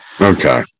Okay